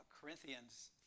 Corinthians